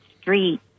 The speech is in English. street